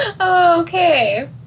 Okay